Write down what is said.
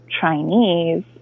Chinese